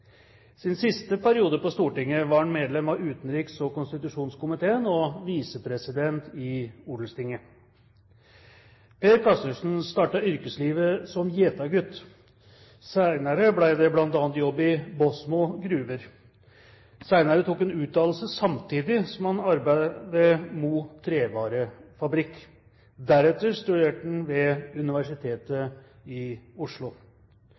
sin siste periode på Stortinget var han medlem av utenriks- og konstitusjonskomiteen og visepresident i Odelstinget. Per Karstensen startet yrkeslivet som gjetergutt. Senere ble det bl.a. jobb i Båsmo gruver. Senere tok han utdannelse – samtidig som han arbeidet ved Mo trevarefabrikk. Deretter studerte han ved Universitetet i Oslo.